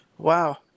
Wow